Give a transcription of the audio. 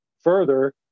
further